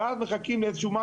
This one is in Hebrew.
ואז מחכים לגורם,